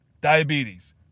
diabetes